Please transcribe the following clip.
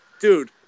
dude